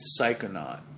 Psychonaut